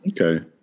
okay